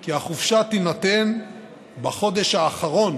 כי החופשה תינתן בחודש האחרון